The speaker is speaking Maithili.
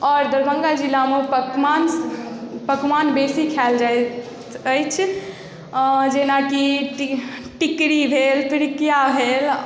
आओर दरभङ्गा जिलामे पकमान पकवान बेसी खाएल जाइत अछि जेनाकि टि टिकरी भेल पिरिकिआ भेल